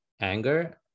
anger